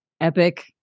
epic